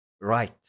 right